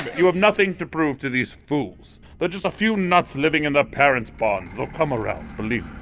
you have nothing to prove to these fools. they're just a few nuts living in their parents' barns. they'll come around. believe